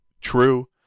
true